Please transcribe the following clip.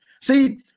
See